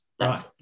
Right